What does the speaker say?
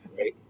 right